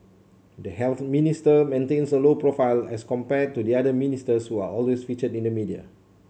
the Health Minister maintains a low profile as compared to the other ministers who are always featured in the media